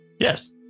Yes